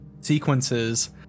sequences